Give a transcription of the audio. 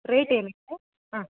rate ಏನಿದೆ ಹಾಂ